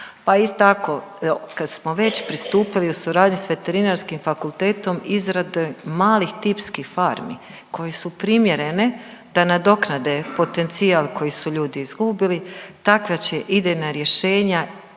Pa i tako kad smo već pristupili u suradnji s Veterinarskim fakultetom izrade malih tipskih farmi koje su primjerene da nadoknade potencijal koji su ljudi izgubili, takva će idejna rješenja